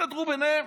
יסתדרו ביניהם.